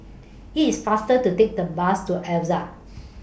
IT IS faster to Take The Bus to Altez